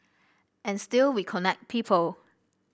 and still we connect people